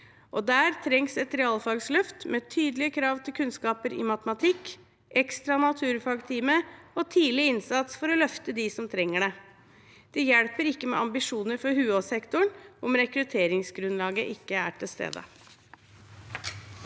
der trengs et realfagsløft med tydelige krav til kunnskaper i matematikk, ekstra naturfagtime og tidlig innsats for å løfte dem som trenger det. Det hjelper ikke med ambisjoner for UH-sektoren om rekrutteringsgrunnlaget ikke er til stede.